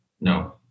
no